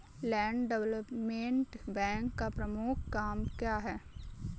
Land development bank का प्रमुख काम क्या है?